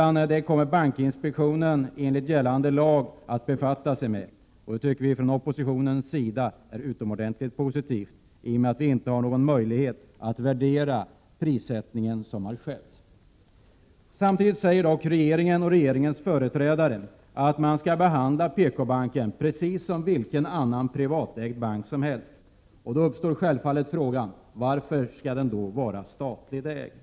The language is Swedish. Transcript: Det kommer bankinspektionen enligt gällande lag att befatta sig med. Detta tycker vi från oppositionens sida är utomordentligt positivt, eftersom vi inte har någon möjlighet att värdera den prissättning som har skett. Samtidigt säger dock regeringen och regeringens företrädare att man skall behandla PKbanken precis som vilken privatägd bank som helst. Därför uppstår självfallet frågan: Varför skall den då vara statligt ägd?